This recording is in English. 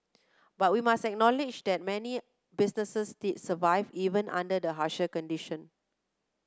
but we must acknowledge that many businesses did survive even under the harsher condition